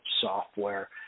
software